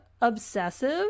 obsessive